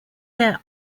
their